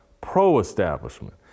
pro-establishment